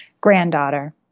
Granddaughter